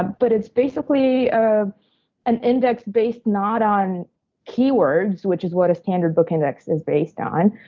ah but it's basically ah an index based not on keywords which is what a standard book index is based on,